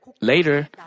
Later